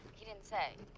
he didn't say.